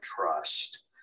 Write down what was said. trust